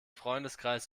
freundeskreis